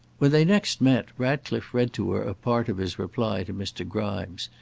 when they next met, ratcliffe read to her a part of his reply to mr. grimes,